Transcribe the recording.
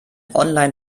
online